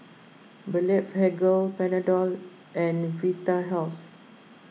Blephagel Panadol and Vitahealth